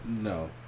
No